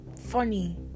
funny